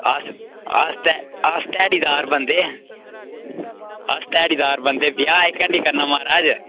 अस अस ते अस ते ध्याड़ी दार बंदे आं अस ध्याड़ी दार बंदे ब्याह् एह्का नी करना महाराज